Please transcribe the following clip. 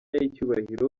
y’icyubahiro